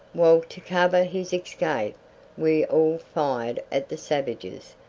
while to cover his escape we all fired at the savages,